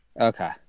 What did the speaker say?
Okay